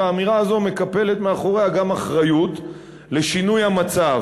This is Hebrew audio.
והאמירה הזו מקפלת מאחוריה גם אחריות לשינוי המצב.